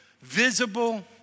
visible